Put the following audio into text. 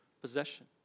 possession